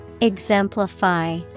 Exemplify